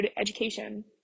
education